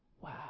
Wow